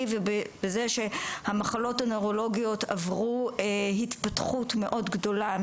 ובזה שהמחלות הנוירולוגיות עברו התפתחות מאוד גדולה.